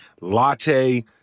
latte